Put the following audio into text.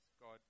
God